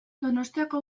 donostiako